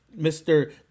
Mr